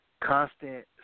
constant